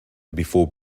before